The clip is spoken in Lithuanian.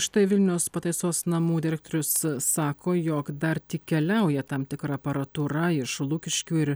štai vilniaus pataisos namų direktorius sako jog dar tik keliauja tam tikra aparatūra iš lukiškių ir